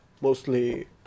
mostly